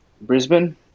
Brisbane